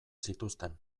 zituzten